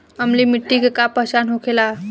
अम्लीय मिट्टी के का पहचान होखेला?